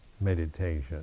meditation